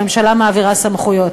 הממשלה מעבירה סמכויות.